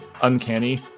uncanny